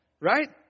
right